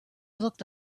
looked